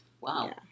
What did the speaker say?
Wow